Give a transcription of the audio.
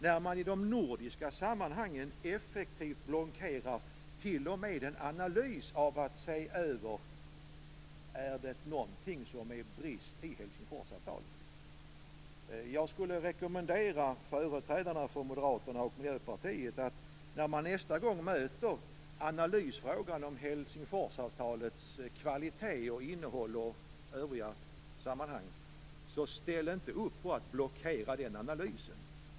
I dessa reservationer blockeras effektivt i de nordiska sammanhangen t.o.m. en analys av om det är något som brister i Jag skulle vilja rekommendera företrädarna för Moderaterna och Miljöpartiet att man, när man nästa gång möter frågan om analys av Helsingforsavtalets kvalitet och innehåll, inte blockerar analysen.